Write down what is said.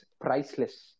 Priceless